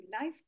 Life